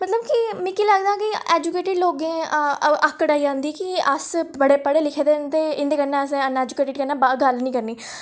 मतलब कि मिगी लगदा कि एजुकेटड लोकें गी आकड़ आई जंदी कि अस बड़े पढ़े लिखे दे न ते इं'दे कन्नै असें ई अनएजुकेटड कन्नै गल्ल निं करनी